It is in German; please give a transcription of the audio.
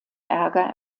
ärger